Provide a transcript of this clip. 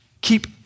keep